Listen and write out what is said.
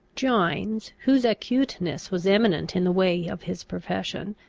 gines, whose acuteness was eminent in the way of his profession,